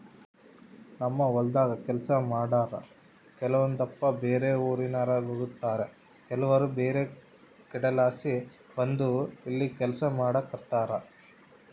ನಮ್ಮ ಹೊಲದಾಗ ಕೆಲಸ ಮಾಡಾರು ಕೆಲವೊಂದಪ್ಪ ಬ್ಯಾರೆ ಊರಿನೋರಾಗಿರುತಾರ ಕೆಲವರು ಬ್ಯಾರೆ ಕಡೆಲಾಸಿ ಬಂದು ಇಲ್ಲಿ ಕೆಲಸ ಮಾಡಿಕೆಂಡಿರ್ತಾರ